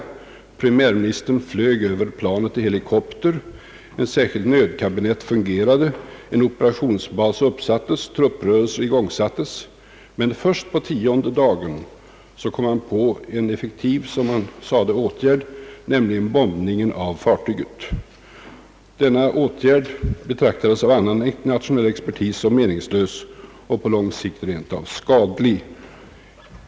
Den brittiske premiärministern flög över platsen i helikopter, ett särskilt nödkabinett fungerade, en operationsbas uppsattes och trupprörelser påbörjades, men först på den tionde dagen kom man på en, såsom man menade, effektiv åtgärd, nämligen bombning av fartyget. Denna åtgärd förkastades av annan internationell expertis såsom varande meningslös och på lång sikt rent av skadlig.